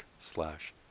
slash